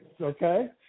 okay